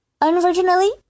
unfortunately